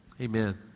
amen